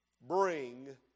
Bring